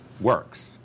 works